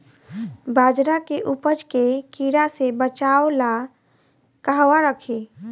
बाजरा के उपज के कीड़ा से बचाव ला कहवा रखीं?